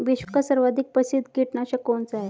विश्व का सर्वाधिक प्रसिद्ध कीटनाशक कौन सा है?